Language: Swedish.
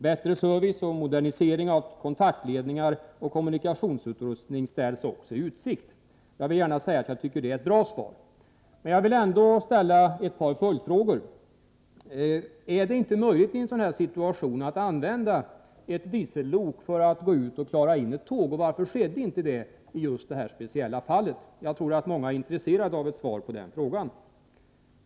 Bättre service och modernisering av kontaktledningar och kommunikationsutrustningar ställs också i utsikt. Jag vill gärna säga att det är ett bra svar. Jag vill ändå ställa ett par följdfrågor: Är det inte möjligt att i en sådan situation använda ett diesellok för att bogsera in ett tåg, och varför skedde inte det i just detta speciella fall? Jag tror att många är intresserade av ett svar på den frågan.